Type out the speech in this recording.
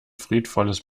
friedvolles